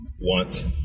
want